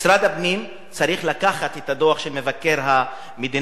משרד הפנים צריך לקחת את הדוח של מבקר המדינה